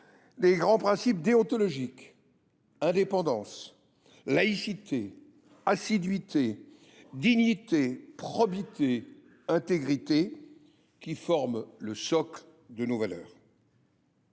les grands principes déontologiques – indépendance, laïcité, assiduité, dignité, probité, intégrité – qui forment le socle de nos valeurs.